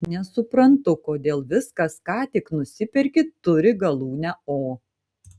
nesuprantu kodėl viskas ką tik nusiperki turi galūnę o